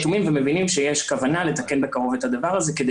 שיש כוונה לתקן בקרוב את הדבר הזה כדי